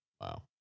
Wow